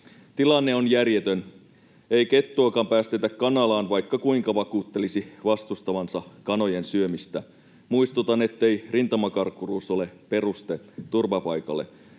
Tilanne on järjetön. Ei kettuakaan päästetä kanalaan, vaikka kuinka vakuuttelisi vastustavansa kanojen syömistä. Muistutan, ettei rintamakarkuruus ole peruste turvapaikalle.